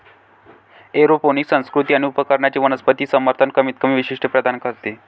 aeroponic संस्कृती आणि उपकरणांचे वनस्पती समर्थन कमीतकमी वैशिष्ट्ये प्रदान करते